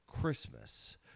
Christmas